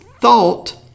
thought